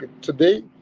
today